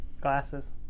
glasses